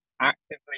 actively